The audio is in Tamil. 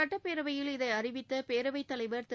சட்டப்பேரவையில் இதை அறிவித்த பேரவைத் தலைவர் திரு